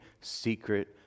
secret